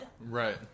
right